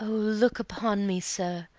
look upon me, sir,